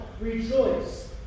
rejoice